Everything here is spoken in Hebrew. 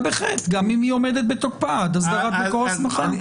בחטא גם אם היא עומדת בתוקפה עד אסדרת מקור הסמכה.